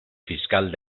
fiscal